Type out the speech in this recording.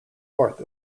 north